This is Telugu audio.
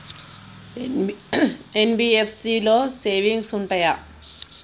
ఎన్.బి.ఎఫ్.సి లో సేవింగ్స్ ఉంటయా?